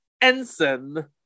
Ensign